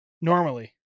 Normally